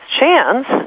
chance